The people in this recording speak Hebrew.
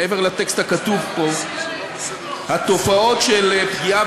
מעבר לטקסט הכתוב פה: התופעות של פגיעה